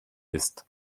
ist